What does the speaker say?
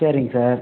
சரிங்க சார்